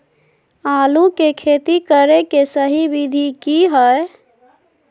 आलू के खेती करें के सही विधि की हय?